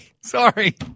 Sorry